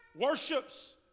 worships